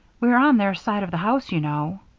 we're on their side of the house, you know.